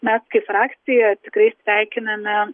mes kaip frakcija tikrai sveikiname